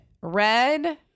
Red